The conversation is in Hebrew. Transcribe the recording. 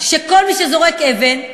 שכל מי שזורק אבן,